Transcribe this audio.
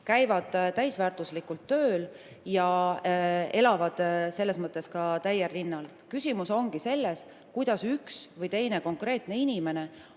käivad täisväärtuslikult tööl ja elavad selles mõttes täiel rinnal. Küsimus ongi selles, kuidas üks või teine konkreetne inimene